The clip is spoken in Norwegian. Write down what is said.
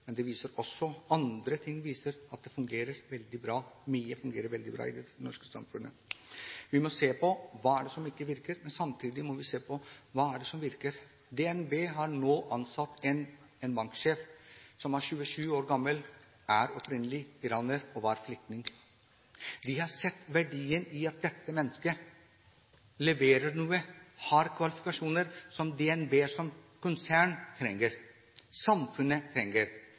men ikke minst også i det norske samfunnet. Det er utfordringer, som denne undersøkelsen viser, mens andre ting viser at mye fungerer veldig bra i det norske samfunnet. Vi må se på hva som ikke virker, samtidig som vi må se på hva som virker. DNB har nå ansatt en 27 år gammel banksjef, opprinnelig iraner, som var flyktning. De har sett verdien av at dette mennesket leverer noe og har kvalifikasjoner som DNB som konsern trenger, og samfunnet trenger.